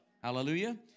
Hallelujah